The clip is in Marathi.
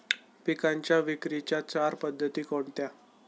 पिकांच्या विक्रीच्या चार पद्धती कोणत्या?